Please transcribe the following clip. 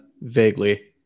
vaguely